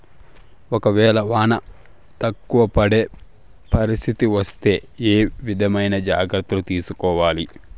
ఒక వేళ వాన తక్కువ పడే పరిస్థితి వస్తే ఏ విధమైన జాగ్రత్తలు తీసుకోవాలి?